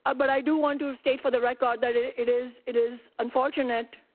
ah but i do want to state for the record that it is it is unfortunate,